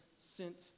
sent